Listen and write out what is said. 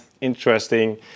interesting